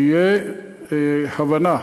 שתהיה הבנה